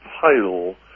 title